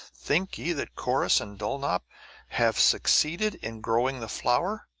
think ye that corrus and dulnop have succeeded in growing the flower?